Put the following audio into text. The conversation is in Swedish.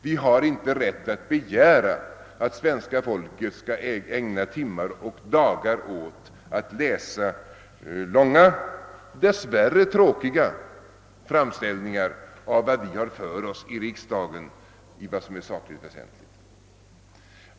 Vi har inte rätt att begära att svenska folket skall ägna timmar och dagar åt att läsa långa och dess värre tråkiga framställningar av vad vi har för oss i riksdagen och som vi anser vara sakligt väsentligt.